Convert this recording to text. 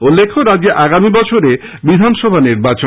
উল্লেখ্য রাজ্যে আগামী বছর বিধানসভা নির্বাচন